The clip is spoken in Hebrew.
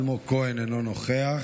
אלמוג כהן, אינו נוכח,